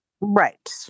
Right